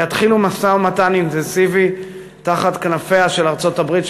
ויתחילו משא-ומתן אינטנסיבי תחת כנפיה של ארצות-הברית,